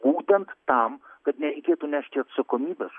būtent tam kad nereikėtų nešti atsakomybės